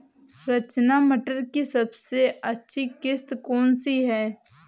रचना मटर की सबसे अच्छी किश्त कौन सी है?